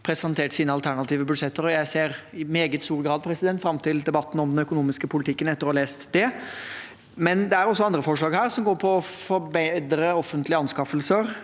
presentert sine alternative budsjetter, og jeg ser i meget stor grad fram til debatten om den økonomiske politikken etter å ha lest dem. Det er også andre forslag her, som går på å forbedre offentlige anskaffelser,